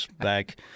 back